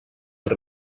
els